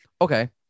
Okay